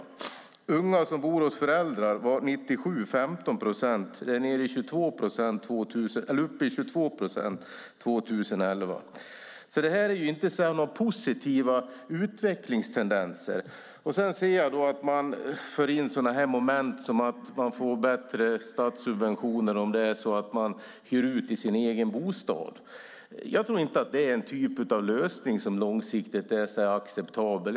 Andelen unga som bodde hos föräldrar var 1997 15 procent och är uppe i 22 procent 2011. Det här är inte några positiva utvecklingstendenser. Jag ser att det förs in moment som att man får bättre statssubventioner om man hyr ut del av sin egen bostad. Jag tror inte att det är en typ av lösning som långsiktigt är acceptabel.